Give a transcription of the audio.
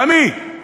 תמיד: